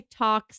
TikToks